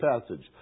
passage